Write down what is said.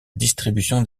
distribution